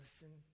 listen